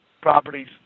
properties